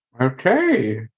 Okay